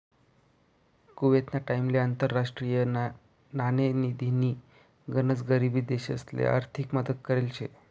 कुवेतना टाइमले आंतरराष्ट्रीय नाणेनिधीनी गनच गरीब देशसले आर्थिक मदत करेल शे